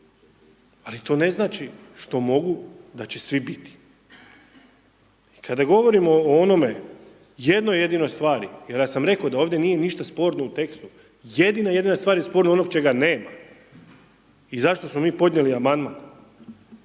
ali to ne znači što mogu, da će svi biti. I kada govorimo o onome jednoj jedinoj stvari, jer ja sam rekao da ovdje nije ništa sporno u tekstu. Jedina, jedina stvar je sporno ono čega nema. I zašto smo mi podnijeli Amandman.